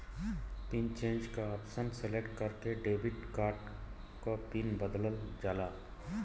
pin change क option select करके debit card क पिन बदलल जाला